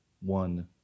one